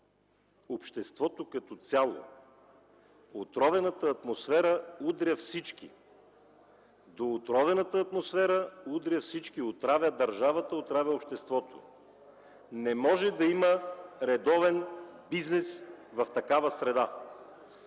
обществото като цяло. Отровената атмосфера удря всички. Отровената атмосфера удря всички, отравя държавата, отравя обществото. Не може да има редовен бизнес в такава среда.